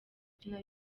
ukina